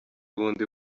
bundi